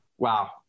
Wow